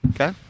Okay